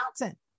mountain